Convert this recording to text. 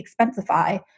Expensify